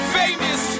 famous